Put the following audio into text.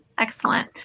Excellent